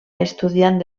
estudiant